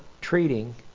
treating